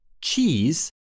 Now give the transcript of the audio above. cheese